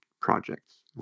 projects